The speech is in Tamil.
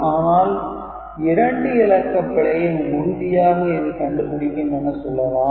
ஆனால் 2 இலக்க பிழையை உறுதியாக இது கண்டுபிடிக்கும் என சொல்லலாம்